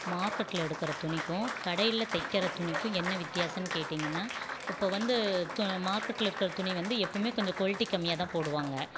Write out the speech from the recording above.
மார்க்கெட்டில் எடுக்கிற துணிக்கும் கடையில் தைக்கிற துணிக்கும் என்ன வித்யாசம்னு கேட்டிங்கன்னா இப்போ வந்து து மார்க்கெட்டில் இருக்கிற துணி வந்து எப்பவுமே கொஞ்சம் குவால்ட்டி கம்மியாக தான் போடுவாங்க